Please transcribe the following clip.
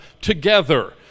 together